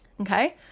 Okay